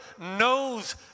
knows